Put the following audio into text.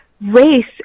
race